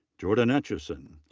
jordan etchison.